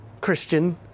Christian